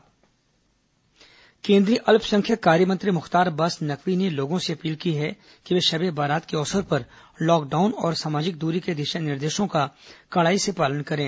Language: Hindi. कोरोना शबे बारात केंद्रीय अल्पसंख्यक कार्य मंत्री मुख्तार अब्बास नकवी ने लोगों से अपील की है कि वे शबे बारात के अवसर पर लॉकडाउन और सामाजिक दूरी के दिशा निर्देशों का कड़ाई और ईमानदारी से पालन करें